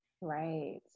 Right